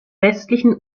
westlichen